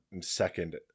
second